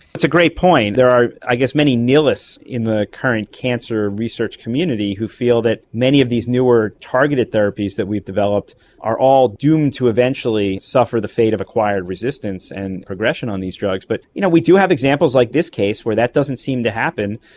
that's a great point. there are i guess many nihilists in the current cancer research community who feel that many of these newer targeted therapies that we've developed are all doomed to eventually suffer the fate of acquired resistance and progression on these drugs. but you know we do have examples like this case where that doesn't seem to happen.